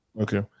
Okay